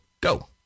go